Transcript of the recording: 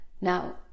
Now